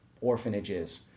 orphanages